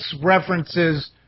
references